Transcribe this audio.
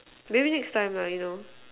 maybe next time lah you know